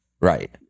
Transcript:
right